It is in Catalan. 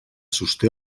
sosté